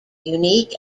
unique